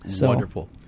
Wonderful